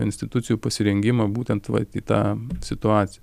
institucijų pasirengimą būtent vat į tą situaciją